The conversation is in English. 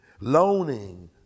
loaning